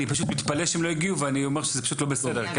אני פשוט מתפלא שהם לא הגיעו ואני אומר שזה פשוט לא בסדר.